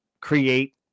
create